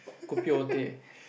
kopi or teh